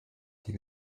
die